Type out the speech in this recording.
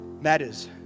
matters